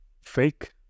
fake